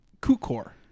kukor